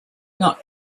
not